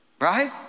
right